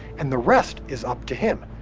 and the rest is up to him.